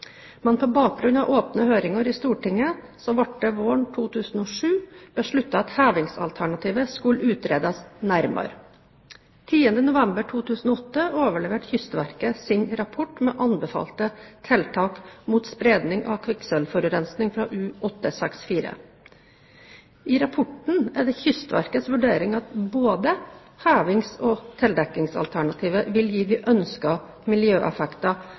på bakgrunn av åpne høringer i Stortinget ble det våren 2007 besluttet at hevingsalternativet skulle utredes nærmere. 10. november 2008 overleverte Kystverket sin rapport med anbefalte tiltak mot spredning av kvikksølvforurensing fra U-864. I rapporten er det Kystverkets vurdering at både hevings- og tildekkingsalternativet vil gi de ønskede miljøeffekter